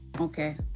Okay